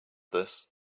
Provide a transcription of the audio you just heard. this